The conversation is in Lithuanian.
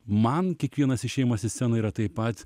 man kiekvienas išėjimas į sceną yra taip pat